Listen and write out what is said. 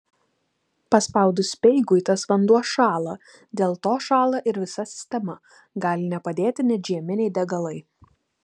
paspaudus speigui tas vanduo šąla dėl to šąla ir visa sistema gali nepadėti net žieminiai degalai